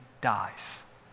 dies